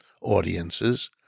audiences